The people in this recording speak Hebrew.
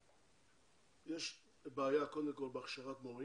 יש בעיה קודם כל בהכשרת מורים,